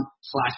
slash